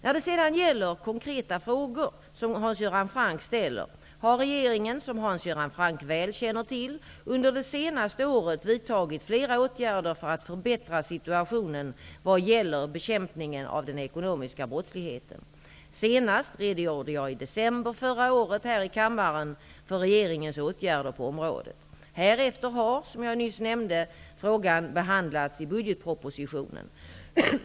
När det sedan gäller de konkreta frågor som Hans Göran Franck ställer har regeringen, som Hans Göran Franck väl känner till, under det senaste året vidtagit flera åtgärder för att förbättra situationen vad gäller bekämpningen av den ekonomiska brottsligheten. Senast redogjorde jag i december förra året här i kammaren för regeringens åtgärder på området. Härefter har, som jag nyss nämnde, frågan behandlats i budgetpropositionen.